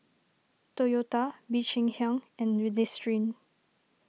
Toyota Bee Cheng Hiang and Listerine